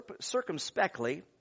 circumspectly